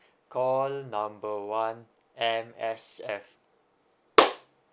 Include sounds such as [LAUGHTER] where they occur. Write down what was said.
call number one M_S_F [NOISE]